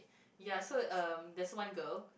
ya so um there's one girl